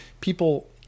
people